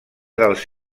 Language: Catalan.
dels